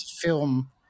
film